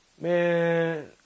Man